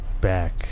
Back